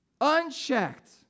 Unchecked